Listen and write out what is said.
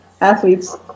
athletes